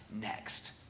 next